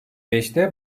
beşte